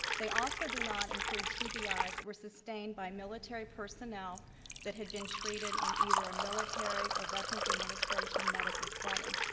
they also do not include tbis ah that were sustained by military personnel that have been treated in either a military or veteran's administration medical setting.